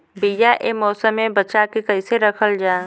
बीया ए मौसम में बचा के कइसे रखल जा?